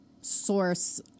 source